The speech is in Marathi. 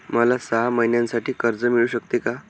मला सहा महिन्यांसाठी कर्ज मिळू शकते का?